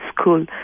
school